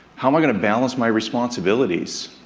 how am i going to balance my responsibilities,